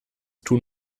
tun